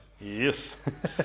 Yes